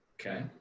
Okay